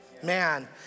Man